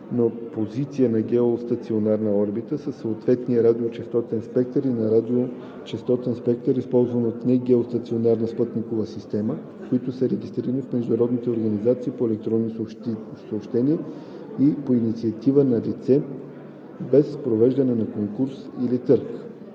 на позиция на геостационарната орбита със съответния радиочестотен спектър и на радиочестотен спектър, използван от негеостационарна спътникова система, които са регистрирани в международни организации по електронни съобщения по инициатива на лице, без провеждане на конкурс или търг.“